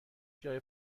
جای